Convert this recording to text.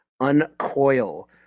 uncoil